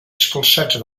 expulsats